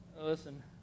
listen